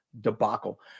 debacle